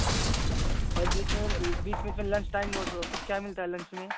जी और बीच में बीच में लंच टाइम वह तो कुछ क्या मिलता है लंच में